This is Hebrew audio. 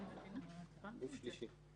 גוף שלישי.